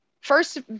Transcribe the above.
first